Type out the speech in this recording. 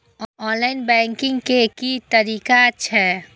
Online banking के की तरीका छै?